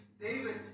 David